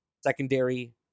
secondary